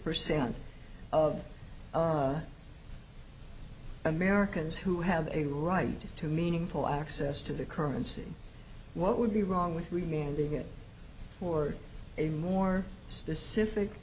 percent of americans who have a right to meaningful access to the currency what would be wrong with remembering it for a more specific